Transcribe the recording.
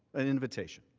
and invitation.